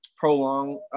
Prolong